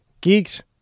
geeks